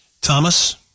Thomas